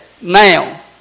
now